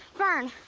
fern,